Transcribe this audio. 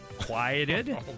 quieted